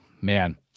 Man